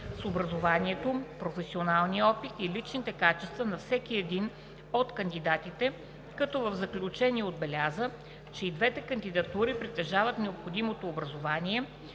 с образованието, професионалния опит и личните качества на всеки един от кандидатите, като в заключение отбеляза, че и двете кандидатури притежават необходимото образование,